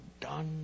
done